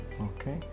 okay